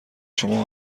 شما